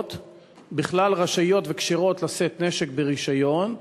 בכלל רשאיות וכשירות לשאת נשק ברישיון,